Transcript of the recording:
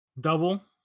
Double